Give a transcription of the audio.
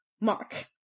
Mark